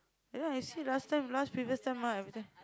ya I see last time last previous time ah everytime